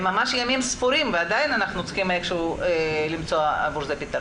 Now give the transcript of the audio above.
הם ממש ספורים ועדין אנחנו צריכים איך שהוא למצוא פתרון.